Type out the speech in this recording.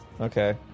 Okay